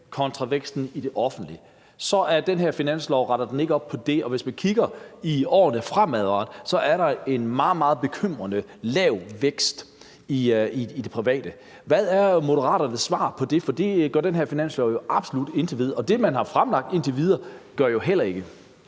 kontra væksten i det offentlige, ikke retter op på det, og at der, hvis man kigger på det i årene fremadrettet, så er en meget, meget bekymrende lav vækst i det private. Hvad er Moderaternes svar på det? For det gør den her finanslov jo absolut intet ved, og det, man indtil videre har fremlagt,